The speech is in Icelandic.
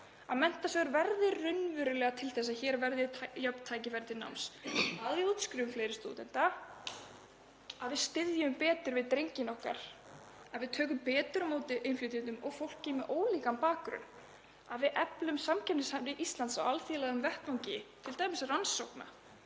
að Menntasjóður verði raunverulega til þess að hér verði jöfn tækifæri til náms, að við útskrifum fleiri stúdenta, að við styðjum betur við drengina okkar, að við tökum betur á móti innflytjendum og fólki með ólíkan bakgrunn, að við eflum samkeppnishæfni Íslands á alþjóðlegum vettvangi, t.d. á sviði rannsókna.